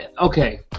okay